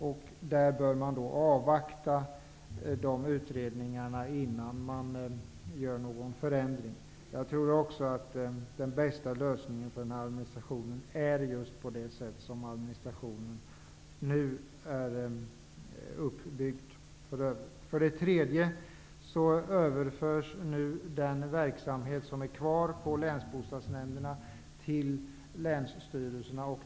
Man bör avvakta dessa utredningar, innan man genomför någon förändring. Jag tror också att den bästa lösningen av administrationen är att den sker just på det sätt som nu är fallet. För det tredje överförs nu den verksamhet som är kvar på länsbostadsnämnderna till länsstyrelserna.